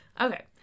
Okay